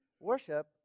Worship